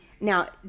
Now